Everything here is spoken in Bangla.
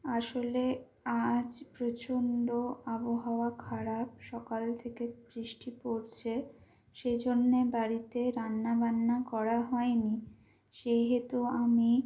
আসলে আজ প্রচণ্ড আবহাওয়া খারাপ সকাল থেকে বৃষ্টি পড়ছে সেই জন্য বাড়িতে রান্নাবান্না করা হয়নি সেহেতু আমি